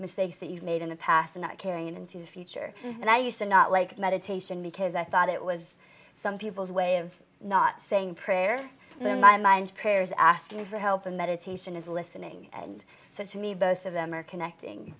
mistakes that you've made in the past and not caring into the future and i used to not like meditation because i thought it was some people's way of not saying prayer then my mind is asking for help and meditation is listening and so to me both of them are connecting